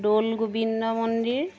দৌল গোবিন্দ মন্দিৰ